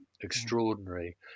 extraordinary